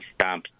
stops